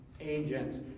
agents